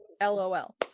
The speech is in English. LOL